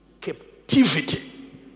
Captivity